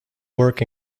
work